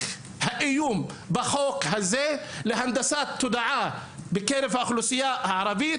האיום בחוק הזה להנדסת תודעה בקרב האוכלוסייה הערבית.